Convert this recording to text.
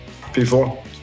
P4